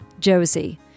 Josie